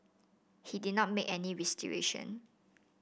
he did not make any restitution